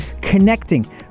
Connecting